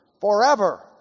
forever